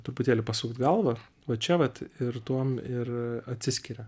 truputėlį pasukt galvą va čia vat ir tuom ir atsiskiria